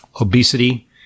obesity